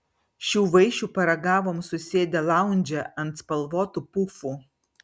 šių vaišių paragavom susėdę laundže ant spalvotų pufų